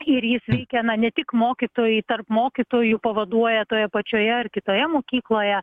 ir jis veikia na ne tik mokytojai tarp mokytojų pavaduoja toje pačioje ar kitoje mokykloje